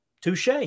touche